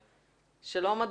גם את השלטון